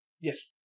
yes